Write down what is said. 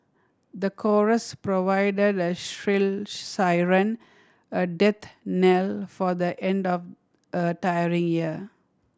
the chorus provided a shrill siren a death knell for the end of a tiring year